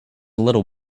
little